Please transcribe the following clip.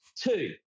Two